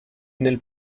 nel